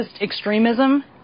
extremism